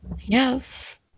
Yes